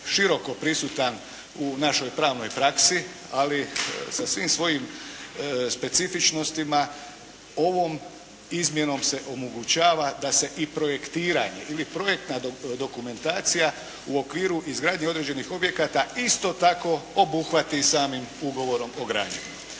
široko prisutan u našoj pravnoj praksi, ali sa svim svojim specifičnostima ovom izmjenom se omogućava da se i projektiranje ili projektna dokumentacija u okviru izgradnje određenih objekata isto tako obuhvati samim ugovorom o građenju.